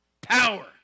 Power